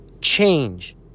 Change